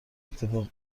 اتفاق